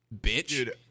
bitch